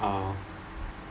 uh